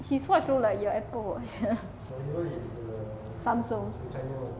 his watch look like your apple watch samsung